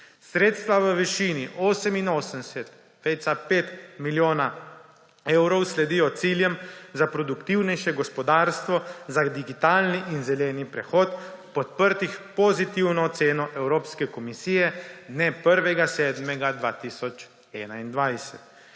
Sredstva v višini 88,5 milijona evrov sledijo ciljem za produktivnejše gospodarstvo, za digitalni in zeleni prehod, podprtih s pozitivno oceno Evropske komisije z dne 1. 7. 2021.